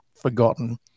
forgotten